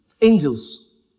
Angels